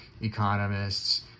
economists